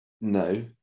No